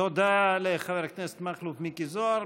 תודה לחבר הכנסת מכלוף מיקי זוהר.